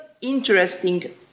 interesting